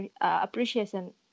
appreciation